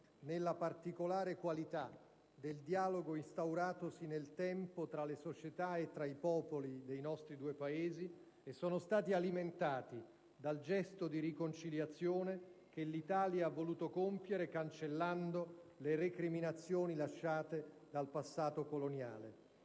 nella particolare qualità del dialogo instauratosi nel tempo tra le società e tra i popoli dei nostri due Paesi e sono stati alimentati dal gesto di riconciliazione che l'Italia ha voluto compiere, cancellando le recriminazioni lasciate dal passato coloniale.